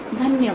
धन्यवाद